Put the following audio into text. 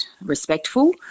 respectful